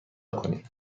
کنید